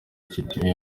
kiti